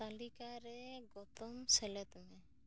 ᱛᱟᱞᱤᱠᱟ ᱨᱮ ᱜᱚᱛᱚᱢ ᱥᱮᱞᱮᱫ ᱢᱮ